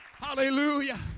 Hallelujah